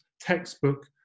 textbook